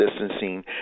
distancing